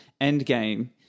Endgame